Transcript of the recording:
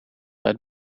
uit